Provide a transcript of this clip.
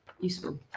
Useful